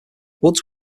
woods